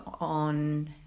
on